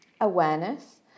awareness